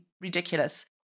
ridiculous